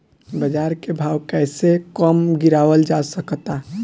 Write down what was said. बाज़ार के भाव कैसे कम गीरावल जा सकता?